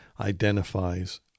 identifies